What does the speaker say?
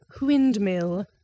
windmill